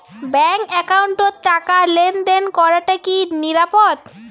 Bank একাউন্টত টাকা লেনদেন করাটা কি নিরাপদ?